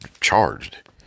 charged